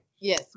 Yes